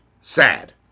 sad